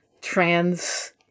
trans-